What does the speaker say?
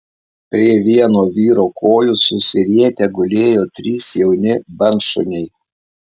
prie vieno vyro kojų susirietę gulėjo trys jauni bandšuniai